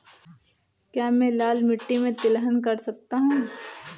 क्या मैं लाल मिट्टी में तिलहन कर सकता हूँ?